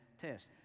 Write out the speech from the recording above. test